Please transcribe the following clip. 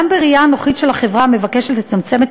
גם בראייה אנוכית של חברה המבקשת לצמצם את